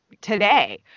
today